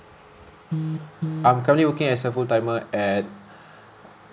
I'm currently working as a full timer at